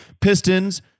Pistons